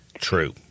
True